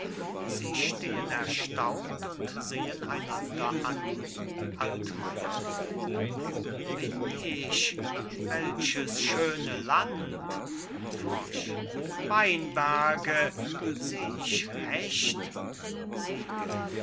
sie stehn erstaunt und sehn einander an altmayer wo bin ich welches schöne land weinberge seh ich recht